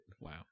Wow